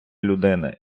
людини